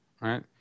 right